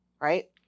right